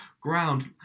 ground